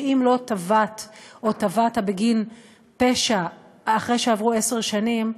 שאם לא תבעתְ או תָּבַעְתָּ בגין פשע אחרי שעברו עשר שנים,